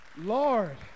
lord